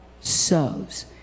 sows